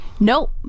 Nope